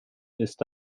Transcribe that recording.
ist